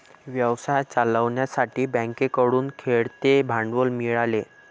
व्यवसाय चालवण्यासाठी बँकेकडून खेळते भांडवल मिळाले